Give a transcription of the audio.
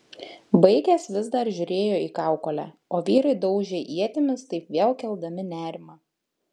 baigęs vis dar žiūrėjo į kaukolę o vyrai daužė ietimis taip vėl keldami nerimą